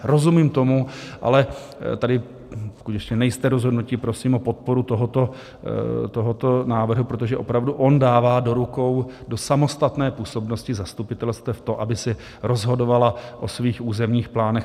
Rozumím tomu, ale tady pokud ještě nejste rozhodnuti prosím o podporu tohoto návrhu, protože on opravdu dává do rukou do samostatné působnosti zastupitelstev to, aby si rozhodovala o svých územních plánech.